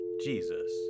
Jesus